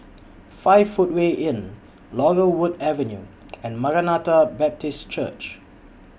five Footway Inn Laurel Wood Avenue and Maranatha Baptist Church